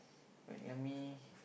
wait let me